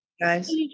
guys